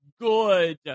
good